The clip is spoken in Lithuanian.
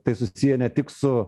tai susiję ne tik su